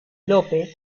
lope